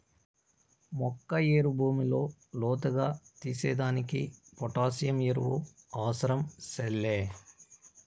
మొక్క ఏరు భూమిలో లోతుగా తీసేదానికి పొటాసియం ఎరువు అవసరం సెల్లే